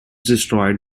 destroyed